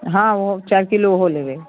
हँ ओ चारि किलो ओहो लेबै